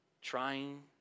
trying